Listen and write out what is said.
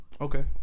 Okay